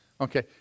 Okay